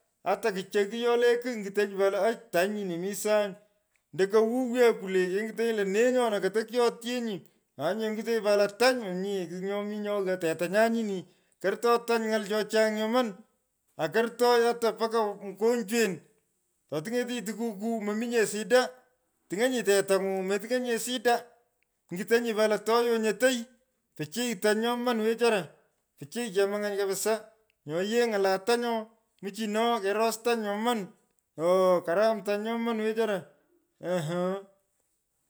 Ata kichagh kiyole kigh. nyitenyi pat lo tany nyini mi sany. ndoko wuw yee kwulee kengitenyi lo nee nyona koyo kiotyenyi. anyi nyee ngitenyi pat lo tany mominye kigh nyomi nyo ghaa. tetanyan nyini. Kortoi tany ny’al cho chang nyoman. akortoi ata mpaka mukonjwen. Ato tiny’etinyi tukukuu mominye sida tuny’onyi tetang’u meting’onyinye shida. ingitenyi pat lo toyo onyotei. Pichiy tany nyoman wechora. pichiy chemuny’any kabisa. Nyo yee. Ny’ala tanyoo michino keros tany nyoman. Oo karom tany nyopman wechara emmh.